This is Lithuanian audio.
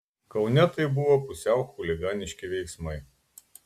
kaune tai buvo pusiau chuliganiški veiksmai